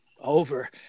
over